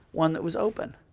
one that was open.